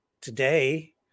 today